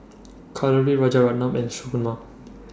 Kalluri Rajaratnam and Shunmugam